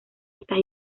estas